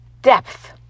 depth